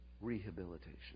rehabilitation